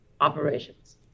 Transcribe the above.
operations